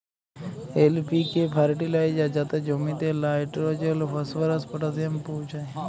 LPK fertiliser যাতে জমিতে nitrogen, phosphorus, potassium পৌঁছায়